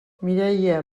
mireia